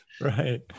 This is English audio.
Right